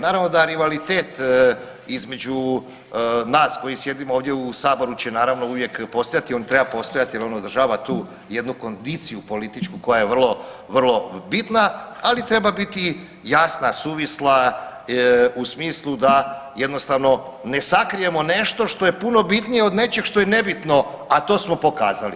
Naravno da rivalitet između nas koji sjedimo ovdje u saboru će naravno uvijek postojati, on treba postajati jer održava tu jednu kondiciju političku koja je vrlo, vrlo bitna, ali treba biti jasna i suvisla u smislu da jednostavno ne sakrijemo nešto što je puno bitnije od nečeg što je nebitno, a to smo pokazali.